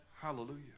Hallelujah